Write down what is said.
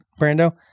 Brando